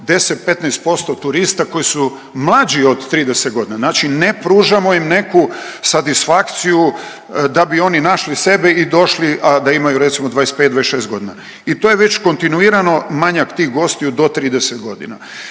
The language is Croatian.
10-15% turista koji su mlađi od 30.g.? Znači ne pružamo im neku satisfakciju da bi oni našli sebe i došli da imaju recimo 25.-26.g. i to je već kontinuirano manjak tih gostiju do 30.g..